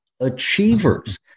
Achievers